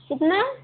कितना